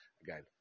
again